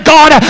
God